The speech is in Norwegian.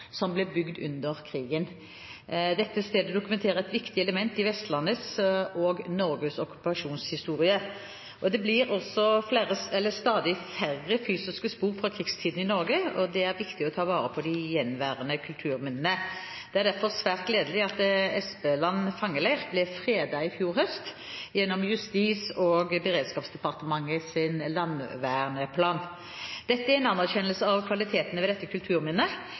som ble bygget under krigen. Dette stedet dokumenterer et viktig element i Vestlandets og Norges okkupasjonshistorie. Det blir stadig færre fysiske spor fra krigstiden i Norge. Det er viktig å ta vare på de gjenværende kulturminnene. Det er derfor svært gledelig at Espeland fangeleir ble fredet i fjor høst gjennom Justis- og beredskapsdepartementets landsverneplan. Dette er en anerkjennelse av kvalitetene ved dette kulturminnet.